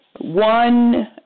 one